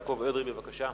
חבר הכנסת יעקב אדרי, בבקשה.